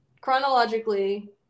chronologically